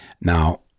Now